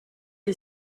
est